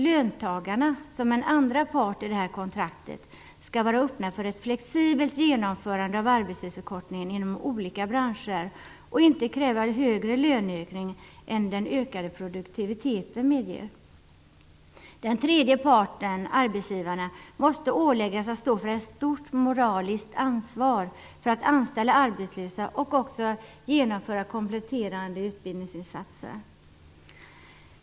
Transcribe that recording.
Löntagarna - som är en andra part i det här kontraktet - skall vara öppna för ett flexibelt genomförande av arbetstidsförkortningen inom olika branscher och inte kräva en högre löneökning än den ökade produktiviteten medger. Den tredje parten - arbetsgivarna - måste åläggas att stå för ett stort moraliskt ansvar när det gäller att anställa arbetslösa och också genomföra kompletterande utbildningsinsatser.